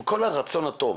עם כל הרצון הטוב